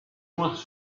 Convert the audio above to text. wants